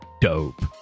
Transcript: dope